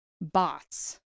bots